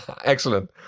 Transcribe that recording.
excellent